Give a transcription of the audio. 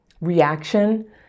reaction